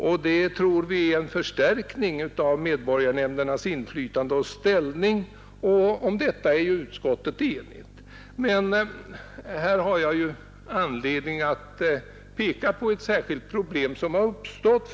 Vi tror att det innebär en förstärkning av medborgarnämndernas inflytande och ställning, och om detta är utskottet enigt. Det finns anledning att här peka på ett särskilt problem som har uppstått.